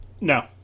No